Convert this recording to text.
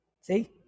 See